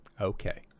Okay